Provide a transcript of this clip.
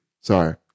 Sorry